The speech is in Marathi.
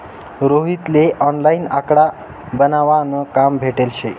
रोहित ले ऑनलाईन आकडा बनावा न काम भेटेल शे